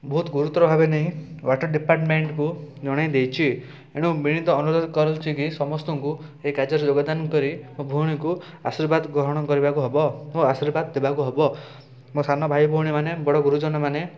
ବହୁତ ଗୁରୁତ୍ୱର ଭାବେ ନେଇ ୱାଟର୍ ଡିପାର୍ଟମେଣ୍ଟ୍କୁ ଜଣେଇ ଦେଇଛି ଏଣୁ ବିନୀତ ଅନୁରୋଧ କରୁଛି କି ସମସ୍ତଙ୍କୁ ଏଇ କାର୍ଯ୍ୟରେ ଯୋଗଦାନ କରି ମୋ ଭଉଣୀକୁ ଆଶୀର୍ବାଦ ଗ୍ରହଣ କରିବାକୁ ହେବ ଓ ଆଶୀର୍ବାଦ ଦେବାକୁ ହେବ ମୋ ସାନ ଭାଇଭଉଣୀ ମାନେ ଓ ବଡ଼ ଗୁରୁଜନମାନେ